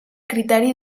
criteri